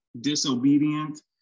disobedient